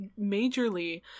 majorly